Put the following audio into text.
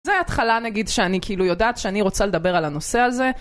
זה ההתחלה נגיד שאני כאילו יודעת שאני רוצה לדבר על הנושא הזה.